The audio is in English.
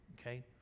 okay